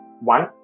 One